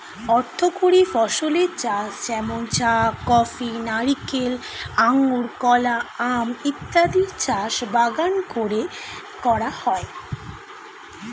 অর্থকরী ফসলের চাষ যেমন চা, কফি, নারিকেল, আঙুর, কলা, আম ইত্যাদির চাষ বাগান করে করা হয়